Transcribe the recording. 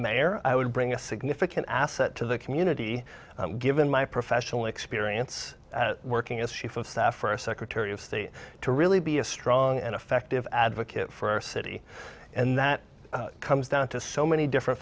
mayor i would bring a significant asset to the community given my professional experience working as sheaf of staff for a secretary of state to really be a strong and effective advocate for our city and that comes down to so many different